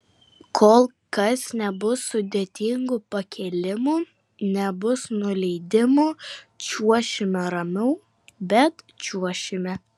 kol kas nebus sudėtingų pakėlimų nebus nuleidimų čiuošime ramiau bet čiuošime